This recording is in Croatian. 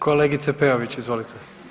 Kolegice Peović, izvolite.